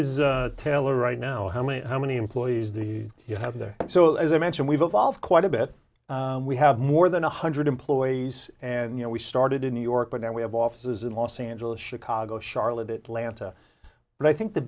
is a tailor right now how many how many employees the you have there so as i mentioned we've evolved quite a bit we have more than one hundred employees and you know we started in new york but now we have offices in los angeles chicago charlotte it lanta but i think the